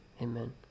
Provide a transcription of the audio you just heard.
Amen